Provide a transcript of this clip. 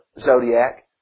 zodiac